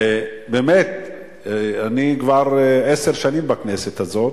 ובאמת, אני כבר עשר שנים בכנסת הזאת.